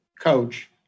coach